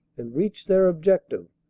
and reached their objective,